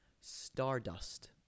Stardust